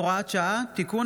(הוראת שעה) (תיקון),